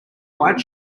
white